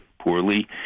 poorly